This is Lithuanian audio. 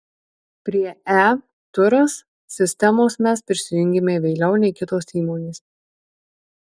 prie e turas sistemos mes prisijungėme vėliau nei kitos įmonės